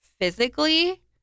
physically